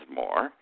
more